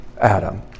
Adam